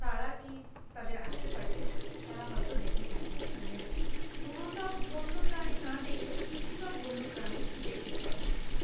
তারা কি তাদের আশেপাশে তারা হয়তো দেখে থাকবে মানে পুরোটা বন্যপ্রাণী না দেখলেও কিছুটা বন্যপ্রাণী দেখতে পাবে